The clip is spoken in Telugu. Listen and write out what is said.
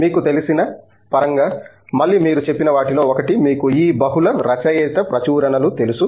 మీకు తెలిసిన పరంగా మళ్ళీ మీరు చెప్పిన వాటిలో ఒకటి మీకు ఈ బహుళ రచయిత ప్రచురణలు తెలుసు